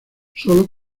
solo